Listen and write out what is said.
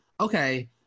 okay